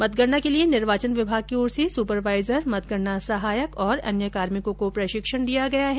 मतगणना के लिए निर्वाचन विभाग की ओर से सुपरवाईजर मतगणना सहायक और अन्य कार्मिकों को प्रशिक्षण दिया गया है